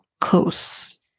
close